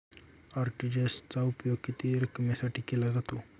RTGS चा उपयोग किती रकमेसाठी केला जातो?